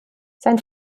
sein